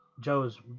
Joe's